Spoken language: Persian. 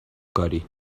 کاری